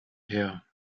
her